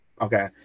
Okay